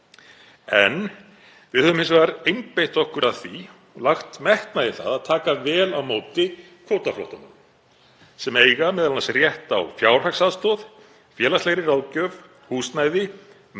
Við höfum hins vegar einbeitt okkur að því og lagt metnað í það að taka vel á móti kvótaflóttamönnum sem eiga m.a. rétt á fjárhagsaðstoð, félagslegri ráðgjöf, húsnæði,